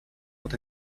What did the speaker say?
but